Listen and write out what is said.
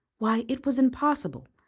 why, it was impossible.